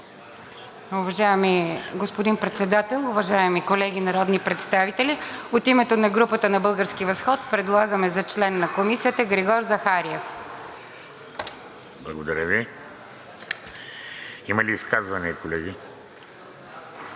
Уважаеми господин Председател, уважаеми колеги народни представители! От името на групата на „Български възход“ предлагаме за член на Комисията Григор Захариев. ПРЕДСЕДАТЕЛ ВЕЖДИ РАШИДОВ: Благодаря Ви. Има ли изказвания, колеги?